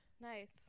nice